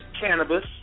Cannabis